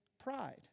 pride